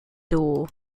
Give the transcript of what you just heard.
door